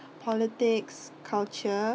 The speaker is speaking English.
politics culture